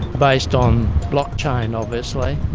based on blockchain obviously.